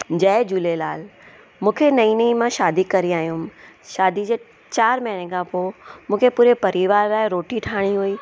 जय झूलेलाल मूंखे नई नई मां शादी करे आयमि शादी जे चारि महीने खां पोइ मूंखे पूरे परिवार लाइ रोटी ठाहिणी हुई